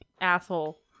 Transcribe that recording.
asshole